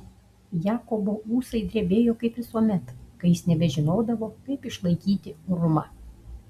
jakobo ūsai drebėjo kaip visuomet kai jis nebežinodavo kaip išlaikyti orumą